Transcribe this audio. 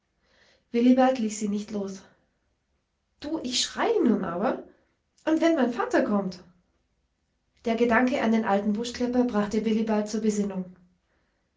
willibald ließ sie nicht los du ich schreie nu aber und wenn mei vater kommt der gedanke an den alten buschklepper brachte willibald zur besinnung